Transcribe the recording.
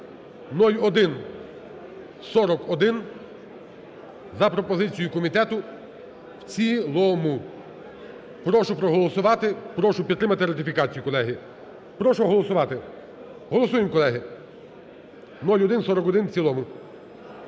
(0141) за пропозицією комітету в цілому. Прошу проголосувати, Прошу підтримати ратифікацію, колеги. Прошу голосувати. Голосуємо, колеги, 0141 в цілому.